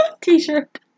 T-shirt